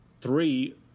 three